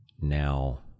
now